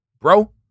bro